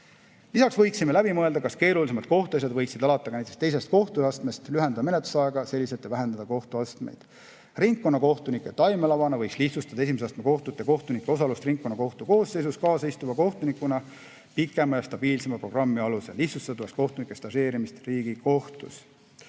Lisaks võiksime läbi mõelda, kas keerulisemad kohtuasjad võiksid alata ka näiteks teisest kohtuastmest, lühendada menetlusaega, vähendades kohtuastmeid. Ringkonnakohtunike taimelavana võiks lihtsustada esimese astme kohtute kohtunike osalust ringkonnakohtu koosseisus kaasaistuva kohtunikuna pikema ja stabiilsema programmi alusel. Lihtsustada tuleks kohtunike stažeerimist Riigikohtus.